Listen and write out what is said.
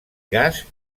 gas